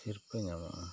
ᱥᱤᱨᱯᱟᱹ ᱧᱟᱢᱚᱜᱼᱟ